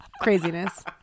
craziness